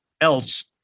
else